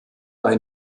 ein